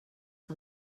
que